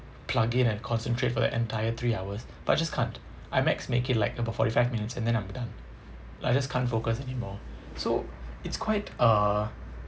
plug in and concentrate for the entire three hours but I just can't I max make it like about forty five minutes and then I'm done I just can't focus anymore so it's quite uh